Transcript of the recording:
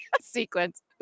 sequence